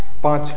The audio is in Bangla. পাঁচ